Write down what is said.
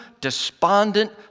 despondent